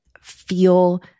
feel